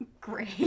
Great